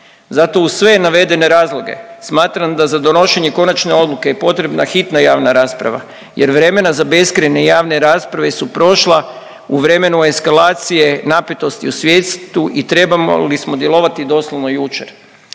Zato uz sve navedene razloge smatram da za donošenje konačne odluke je potrebna hitna javna rasprava jer vremena za beskrajne javne rasprave su prošla, u vremenu eskalacije napetosti u svijetu i trebali smo djelovati doslovno jučer.